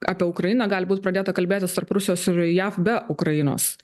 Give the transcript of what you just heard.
apie ukrainą gali būt pradėta kalbėtis tarp rusijos ir jav be ukrainos